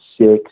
six